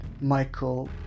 Michael